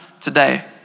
today